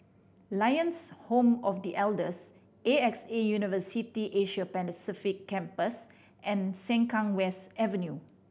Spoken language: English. Lions Home of The Elders A X A University the Asia Pacific Campus and Sengkang West Avenue